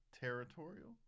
territorial